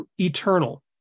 eternal